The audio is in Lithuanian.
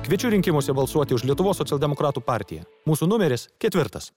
kviečiu rinkimuose balsuoti už lietuvos socialdemokratų partiją mūsų numeris ketvirtas